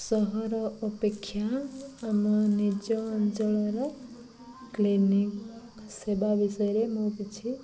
ସହର ଅପେକ୍ଷା ଆମ ନିଜ ଅଞ୍ଚଳର କ୍ଲିନିକ୍ ସେବା ବିଷୟରେ ମୁଁ କିଛି